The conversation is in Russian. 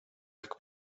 как